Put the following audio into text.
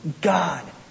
God